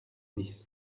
dix